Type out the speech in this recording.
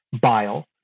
bile